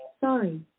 Sorry